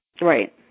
Right